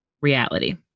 reality